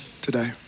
today